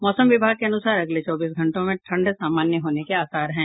मौसम विभाग के अनुसार अगले चौबीस घंटों में ठंड सामान्य होने के आसार हैं